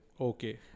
Okay